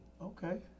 Okay